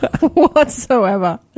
whatsoever